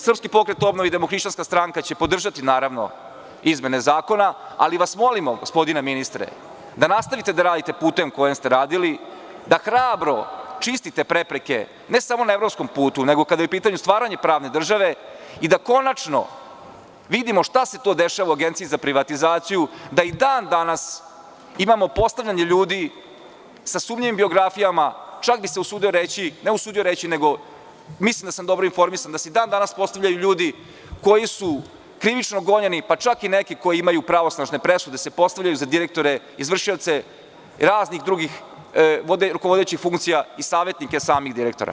Srpski pokret obnove i Demohrišćanska stranka će podržati naravno izmene zakona, ali vas molimo, gospodine ministre, da nastavite da radite putem kojim ste radili, da hrabro čistite prepreke, ne samo na evropskom putu, nego kada je u pitanju stvaranje pravne države i da konačno vidimo šta se to dešava u Agenciji za privatizaciju, da i dan danas imamo postavljanje ljudi sa sumnjivim biografijama, čak bi se usudio reći, ne usudio reći nego mislim da sam dobro informisan, da se i dan danas postavljaju ljudi koji su krivično gonjeni, pa čak i neki koji imaju pravosnažne presude se postavljaju za direktore, izvršioce raznih drugih rukovodećih funkcija i savetnike samih direktora.